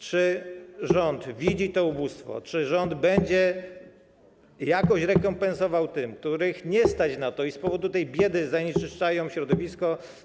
Czy rząd widzi to ubóstwo, czy rząd będzie jakoś rekompensował tym, których nie stać na to, którzy z powodu tej biedy zanieczyszczają środowisko?